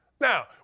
Now